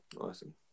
Awesome